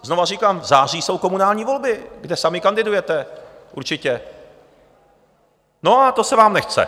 Znovu říkám, v září jsou komunální volby, kde sami kandidujete určitě, no a to se vám nechce.